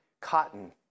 cotton